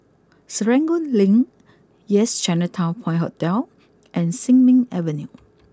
Serangoon Link Yes Chinatown Point Hotel and Sin Ming Avenue